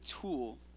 tool